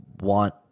want